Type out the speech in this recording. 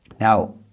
now